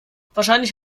wahrscheinlich